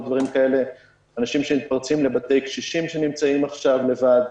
אותו אנשים שמתפרצים לבתי קשישים שנמצאים כרגע לבד.